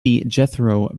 jethro